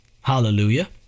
Hallelujah